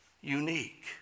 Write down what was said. unique